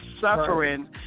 suffering